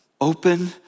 Open